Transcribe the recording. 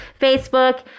facebook